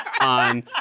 on